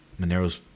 monero's